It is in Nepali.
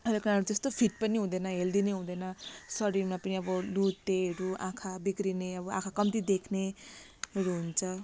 अहिलेको नानीहरू त्यस्तो फिट पनि हुँदैन हेल्दी पनि हुँदैन शरीरमा पनि अब लुतेहरू अब आँखा बिग्रिने अब आँखा कम्ती देख्नेहरू हुन्छ